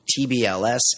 TBLS